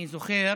אני זוכר